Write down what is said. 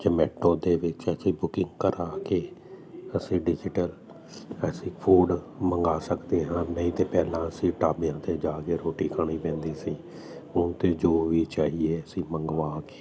ਜਮੈਟੋ ਦੇ ਵਿੱਚ ਅਸੀਂ ਬੁਕਿੰਗ ਕਰਾ ਕੇ ਅਸੀਂ ਡਿਜੀਟਲ ਅਸੀਂ ਫੂਡ ਮੰਗਾ ਸਕਦੇ ਹਾਂ ਨਹੀਂ ਤਾਂ ਪਹਿਲਾਂ ਅਸੀਂ ਢਾਬਿਆਂ 'ਤੇ ਜਾ ਕੇ ਰੋਟੀ ਖਾਣੀ ਪੈਂਦੀ ਸੀ ਹੁਣ ਤਾਂ ਜੋ ਵੀ ਚਾਹੀਏ ਅਸੀਂ ਮੰਗਵਾ ਕੇ